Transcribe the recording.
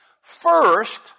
First